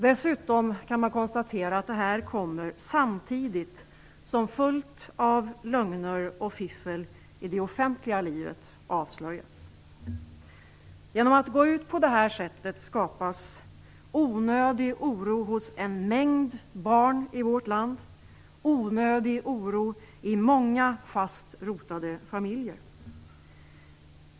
Dessutom kan man konstatera att det här kommer samtidigt som fullt av lögner och fiffel i det offentliga livet avslöjats. Genom att gå ut på det här sättet skapas onödig oro hos en mängd barn i vårt land och i många fast rotade familjer.